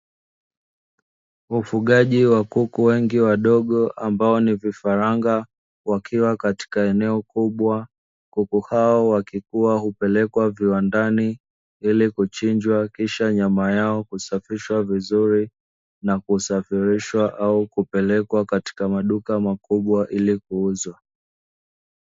Ufugaji wa kuku wengi wadgo ambao ni vifaranga wakiwa katika eneo kubwa, kuku hao wakikua hupelekwa viwandani ili kuchinjwa kisha nyama yao kusafishwa vizuri, na kusafirishwa na kupelekwa katika maduka makubwa ili kuuzwa.